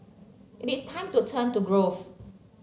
it is time to turn to growth